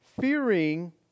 fearing